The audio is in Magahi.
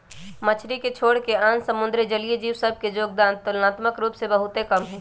मछरी के छोरके आन समुद्री जलीय जीव सभ के जोगदान तुलनात्मक रूप से बहुते कम हइ